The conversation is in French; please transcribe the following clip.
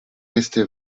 resté